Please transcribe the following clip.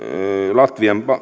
latvian